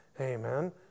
Amen